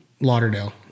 Lauderdale